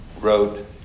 wrote